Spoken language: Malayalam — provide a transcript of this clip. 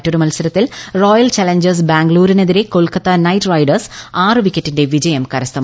മറ്റൊരു മത്സരത്തിൽ റോയൽ ചലഞ്ചേഴ്സ് ബാംഗ്ലൂരിനെതിരെ കൊൽക്കത്ത നൈറ്റ് റൈഡേഴ്സ് ആറ് വിക്കറ്റിന്റെ വിജയം കരസ്ഥമാക്കി